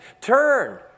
Turn